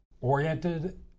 oriented